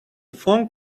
phone